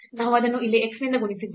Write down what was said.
ನಾವು ಅದನ್ನು ಇಲ್ಲಿ x ನಿಂದ ಗುಣಿಸಿದ್ದೇವೆ